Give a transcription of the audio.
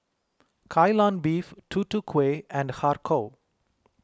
Kai Lan Beef Tutu Kueh and Har Kow